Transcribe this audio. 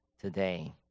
today